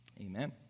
Amen